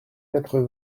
quatre